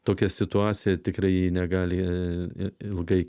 tokia situacija tikrai negali ilgai